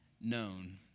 known